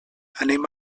anem